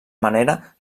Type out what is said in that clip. manera